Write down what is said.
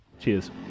cheers